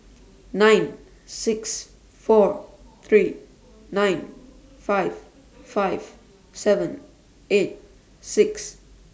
nine six four three nine five five seven eight six